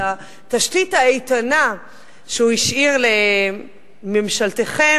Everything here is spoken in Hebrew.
על התשתית האיתנה שהוא השאיר לממשלתכם,